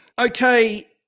Okay